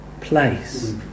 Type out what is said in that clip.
place